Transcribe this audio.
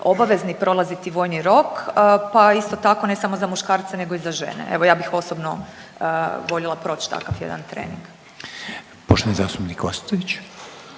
obavezni prolaziti vojni rok. Pa isto tako ne samo za muškarce, nego i za žene evo ja bih osobno voljela proći takav jedan trening. **Reiner, Željko